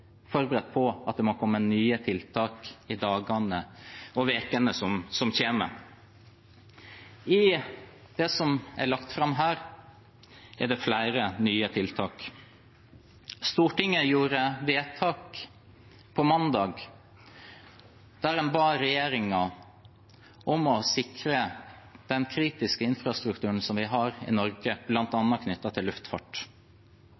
forberedt på at det må komme nye tiltak i dagene og ukene som kommer. I det som er lagt fram her, er det flere nye tiltak. Stortinget gjorde vedtak på mandag der en ba regjeringen om å sikre den kritiske infrastrukturen vi har i Norge,